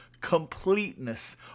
Completeness